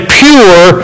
pure